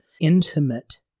intimate